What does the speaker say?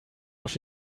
auf